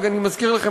אני מזכיר לכם,